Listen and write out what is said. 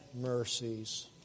mercies